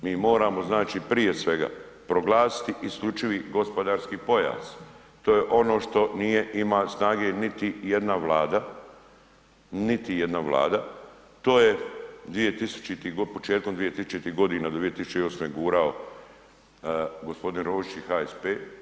Mi moramo znači prije svega, proglasiti isključivi gospodarski pojas, to je ono što nije ima snage niti jedna vlada, niti jedna vlada, to je početkom 2000.-tih godina, 2008. gurao gospodin Rožić i HSP.